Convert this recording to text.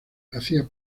hacía